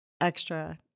extra